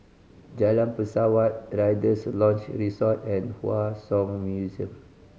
Jalan Pesawat Rider's Lodge Resort and Hua Song Museum